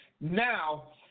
Now